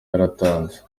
yaratanze